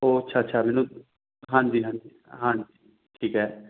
ਓਹ ਅੱਛਾ ਅੱਛਾ ਮੈਨੂੰ ਹਾਂਜੀ ਹਾਂਜੀ ਹਾਂ ਠੀਕ ਹੈ